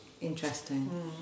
Interesting